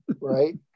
Right